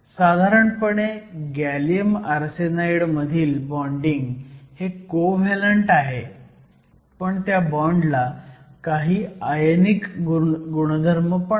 साधारणपणे gallium arsenide मधील bonding हे कोव्हॅलंट आहे पण त्या बॉण्डला काही आयनीक गुणधर्म पण आहेत